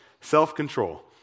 self-control